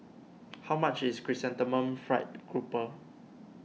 how much is Chrysanthemum Fried Grouper